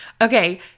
Okay